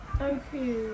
Okay